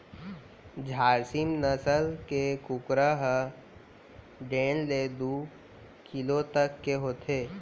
झारसीम नसल के कुकरा ह डेढ़ ले दू किलो तक के होथे